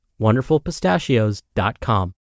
wonderfulpistachios.com